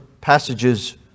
passages